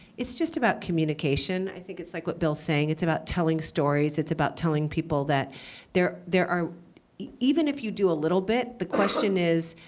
it's just about communication. i think it's like what bill's saying. it's about telling stories. it's about telling people that there there are even if you do a little bit, the question is,